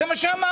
זה מה שאמרנו.